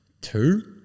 two